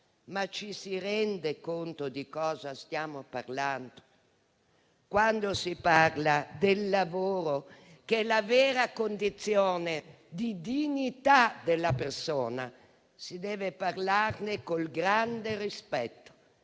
Ma ci si rende conto di cosa stiamo parlando? Quando si tratta del lavoro, che è la vera condizione di dignità della persona, si deve parlare con il grande rispetto